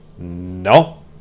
No